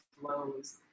flows